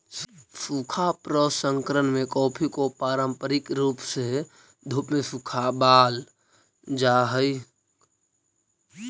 सूखा प्रसंकरण में कॉफी को पारंपरिक रूप से धूप में सुखावाल जा हई